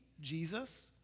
Jesus